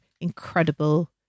incredible